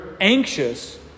anxious